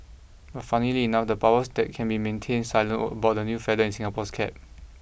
but funnily enough the powers that be maintain silent about the new feather in Singapore's cap